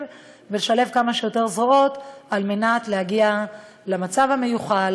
ולשלב כמה שיותר זרועות על מנת להגיע למצב המיוחל: